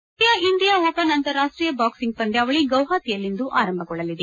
ದ್ವಿತೀಯ India open ಅಂತಾರಾಷ್ಟೀಯ boxing ಪಂದ್ಯಾವಳಿ ಗುವಾಹತಿಯಲ್ಲಿಂದು ಆರಂಭಗೊಳ್ಳಲಿದೆ